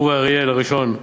אורי אריאל הראשון,